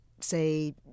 say